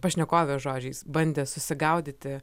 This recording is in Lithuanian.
pašnekovės žodžiais bandė susigaudyti